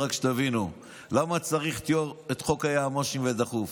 רק שתבינו למה צריך את חוק היועמ"שים דחוף.